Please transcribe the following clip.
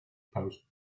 post